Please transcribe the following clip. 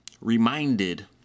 reminded